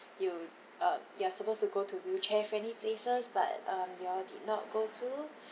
you um you are supposed to go to wheelchair friendly places but um you all did not go to